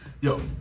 Yo